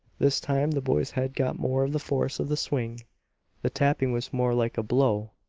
this time the boy's head got more of the force of the swing the tapping was more like a blow.